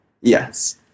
Yes